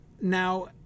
Now